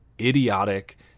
idiotic